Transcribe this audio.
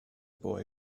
boy